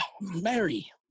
Mary